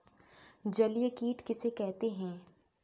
जलीय कीट किसे कहते हैं?